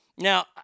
Now